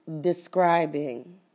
Describing